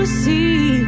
see